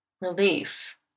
relief